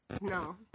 No